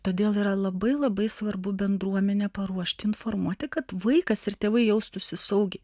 todėl yra labai labai svarbu bendruomenę paruošti informuoti kad vaikas ir tėvai jaustųsi saugiai